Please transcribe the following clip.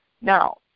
Now